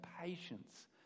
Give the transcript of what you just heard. patience